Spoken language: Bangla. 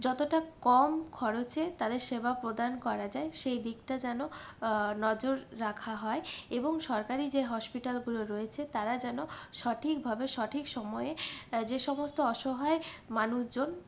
যতটা কম খরচে তাদের সেবা প্রদান করা যায় সেই দিকটা যেন নজর রাখা হয় এবং সরকারি যে হসপিটালগুলো রয়েছে তারা যেন সঠিকভাবে সঠিক সময়ে যে সমস্ত অসহায় মানুষজন